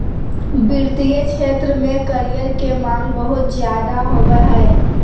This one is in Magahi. वित्तीय क्षेत्र में करियर के माँग बहुत ज्यादे होबय हय